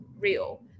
real